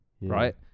right